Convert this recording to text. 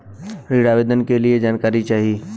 ऋण आवेदन के लिए जानकारी चाही?